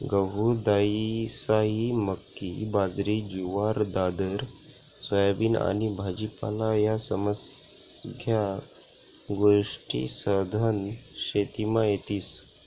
गहू, दायीसायी, मक्की, बाजरी, जुवार, दादर, सोयाबीन आनी भाजीपाला ह्या समद्या गोष्टी सधन शेतीमा येतीस